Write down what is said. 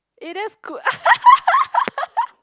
eh there's good